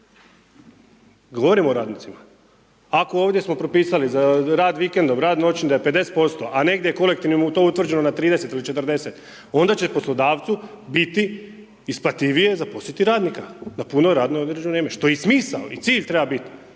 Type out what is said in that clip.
Govorimo o radnicima ako ovdje smo propisali za rad vikendom, rad noćni da je 50%, a negdje kolektivnim je to utvrđeno na 30 ili 40 onda će poslodavcu biti isplativije zaposliti radnika na puno radno određeno vrijeme što je i smisao i cilj treba biti,